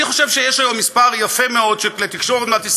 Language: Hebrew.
אני חושב שיש היום מספר יפה מאוד של כלי תקשורת במדינת ישראל,